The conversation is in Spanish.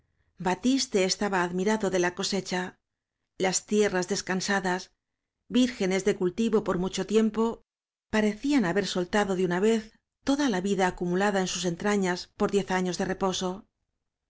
batiste estaba ad mirado de la cosecha las tierras descansadas vírgenes de cultivo por mucho tiempo pare cían haber soltado de una vez toda la vida acumulada en sus entrañas por diez años de reposo